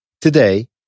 Today